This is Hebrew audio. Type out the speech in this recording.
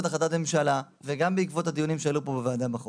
החלטת הממשלה והדיונים שעלו פה בוועדה אנחנו